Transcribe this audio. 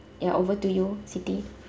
ya over to you siti